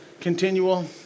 continual